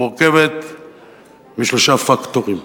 משלושה פקטורים,